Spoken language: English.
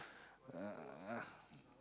uh